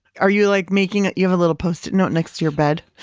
are you like making. you have a little post-it note next to your bed?